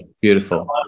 beautiful